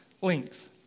length